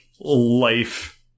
life